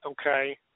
okay